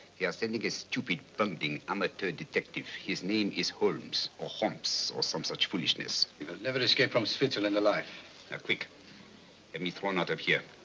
yeah sending a stupid, bumbling amateur detective. his name is holmes, or homes or some such foolishness. he'll never escape from switzerland alive. now quick. get me thrown out of here